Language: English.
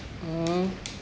mm